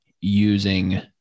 using